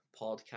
podcast